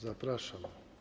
Zapraszam.